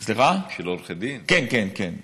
כן, כן,